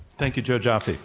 thank you, joe joffe.